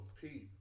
Pete